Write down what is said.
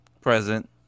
present